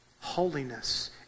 Holiness